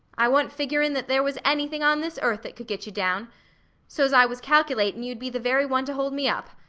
i wa'n't figuring that there was anything on this earth that could get you down so's i was calculatin' you'd be the very one to hold me up.